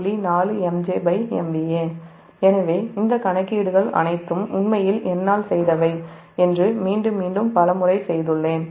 4 MJMVA எனவே இந்த கணக்கீடுகள் அனைத்தும் உண்மையில் என்னால் செய்தவை என்று மீண்டும் மீண்டும் பல முறை செய்துள்ளேன்